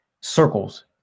circles